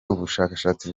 ubushabitsi